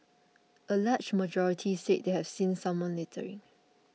a large majority said they have seen someone littering